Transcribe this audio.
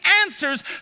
answers